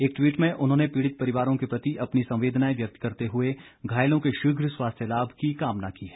एक ट्वीट में उन्होंने पीड़ित परिवारों के प्रति अपनी संवेदनाएं व्यक्त करते हुए घायलों के शीघ्र स्वास्थ्य लाभ की कामना की है